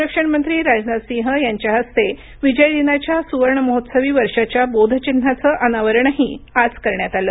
संरक्षण मंत्री राजनाथ सिंह यांच्या हस्ते विजय दिनाच्या सुवर्ण महोत्सवी वर्षाच्या बोधचिन्हाचं अनावरणही आज करण्यात आलं